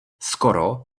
skoro